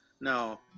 no